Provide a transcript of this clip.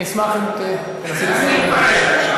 אז אני אשמח אם תנסי לסיים.